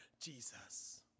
Jesus